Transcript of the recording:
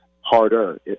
harder